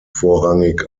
vorrangig